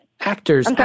actors